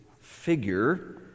figure